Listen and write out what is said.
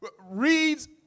reads